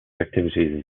activities